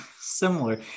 similar